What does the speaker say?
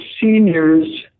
seniors